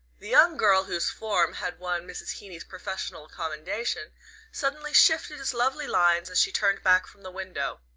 the young girl whose form had won mrs. heeny's professional commendation suddenly shifted its lovely lines as she turned back from the window.